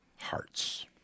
hearts